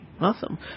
Awesome